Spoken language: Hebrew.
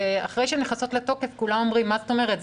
אחרי שהן נכנסות לתוקף כולם אומרים: מה זאת אומרת?